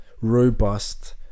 robust